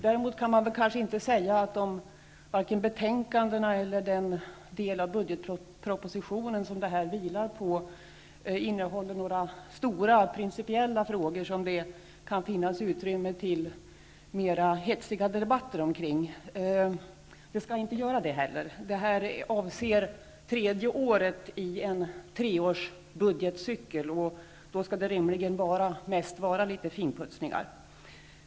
Däremot kan man inte säga att vare sig betänkandena eller den del av budgetpropositionen som de vilar på innehåller några principiella frågor som kan ge utrymme för mera hetsiga debatter. Det skall vi inte heller ha. Dessa ärenden avser tredje året i en budgetcykel på tre år. Då skall det rimligen mest handla om litet finputsning.